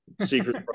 secret